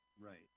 Right